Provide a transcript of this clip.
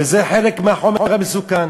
וזה חלק מהחומר המסוכן.